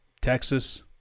Texas